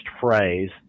phrase